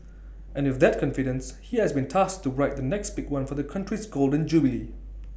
and with that confidence he has been tasked to write the next big one for the Country's Golden Jubilee